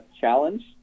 challenge